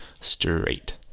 straight